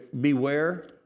Beware